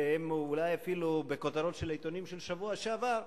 והם אולי אפילו בכותרות של העיתונים של השבוע שעבר,